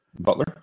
Butler